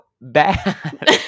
bad